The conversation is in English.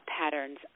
patterns